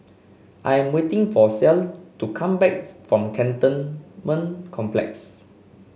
I'm waiting for Clell to come back from Cantonment Complex